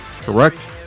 correct